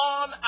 on